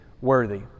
worthy